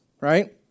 right